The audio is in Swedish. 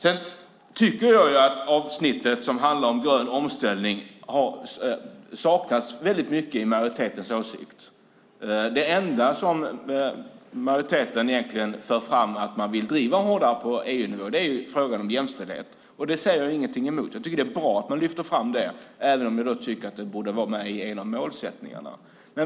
Sedan tycker jag att det i avsnittet om grön omställning saknas mycket beträffande majoritetens åsikt. Den enda fråga majoriteten egentligen säger sig vilja driva hårdare på EU-nivå är den om jämställdhet. Det säger jag ingenting om. Jag tycker att det är bra att man lyfter fram den, även om jag tycker att den borde finnas med i en av målsättningarna.